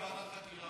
ועדת חקירה.